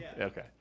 Okay